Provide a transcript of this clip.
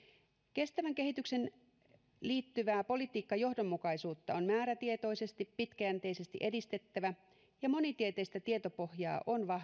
kestävään kehitykseen liittyvää politiikkajohdonmukaisuutta on määrätietoisesti pitkäjänteisesti edistettävä ja monitieteistä tietopohjaa on